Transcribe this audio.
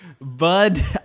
Bud